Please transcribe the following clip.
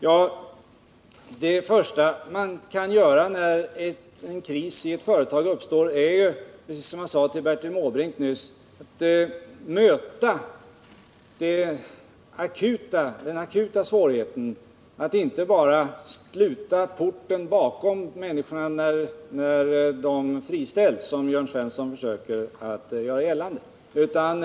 Ja, det första man skall göra när en kris uppstår i ett företag är att försöka få det på fötter igen, att möta den akuta svårigheten. Man skall inte bara sluta porten bakom människorna när de friställs, som Jörn Svensson försöker göra gällande att vi gör.